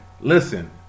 listen